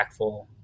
impactful